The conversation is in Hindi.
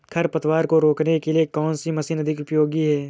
खरपतवार को रोकने के लिए कौन सी मशीन अधिक उपयोगी है?